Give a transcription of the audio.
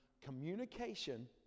communication